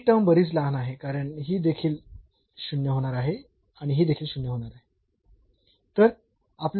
तर ही टर्म बरीच लहान आहे कारण ही देखील 0 होणार आहे आणि ही देखील 0 होणार आहे